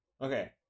Okay